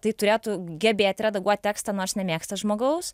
tai turėtų gebėt redaguot tekstą nors nemėgsta žmogaus